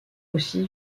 aussi